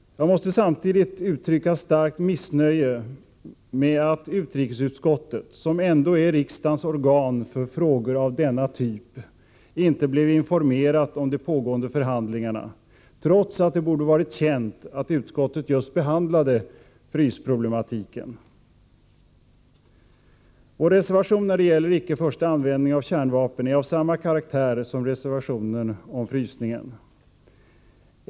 Jag måste samtidigt uttrycka starkt missnöje med att utrikesutskottet, som ändå är riksdagens organ för frågor av denna typ, inte blev informerat om de pågående förhandlingarna, trots att det borde ha varit känt att utskottet just behandlade frysproblematiken. Vår reservation när det gäller icke-förstaanvändning av kärnvapen är av samma karaktär som reservationen om frysningen.